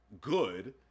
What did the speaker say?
good